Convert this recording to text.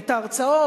את ההרצאות,